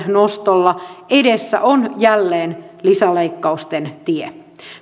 nostolla edessä on jälleen lisäleikkausten tie